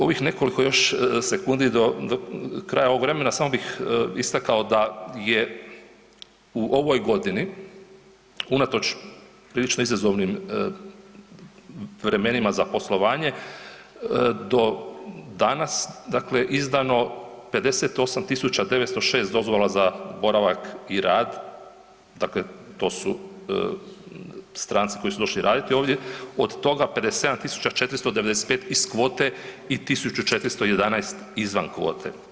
Ovih nekoliko još sekundi do, do kraja ovog vremena samo bih istakao da je u ovoj godini unatoč prilično izazovnim vremenima za poslovanje do danas, dakle izdano 58906 dozvola za boravak i rad, dakle to su stranci koji su došli raditi ovdje, od toga 57495 iz kvote i 1411 izvan kvote.